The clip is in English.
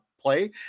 play